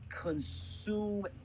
consume